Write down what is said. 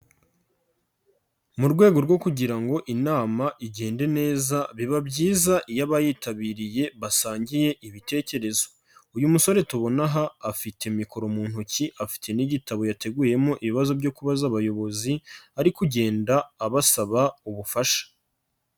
Mu rwego rwo kugira ngo inama igende neza, biba byiza iyo abayitabiriye basangiye ibitekerezo. Uyu musore tubona aha, afite mikoro mu ntoki, afite n'igitabo yateguyemo ibibazo byo kubaza abayobozi, ari kugenda abasaba ubufasha.